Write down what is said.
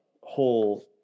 whole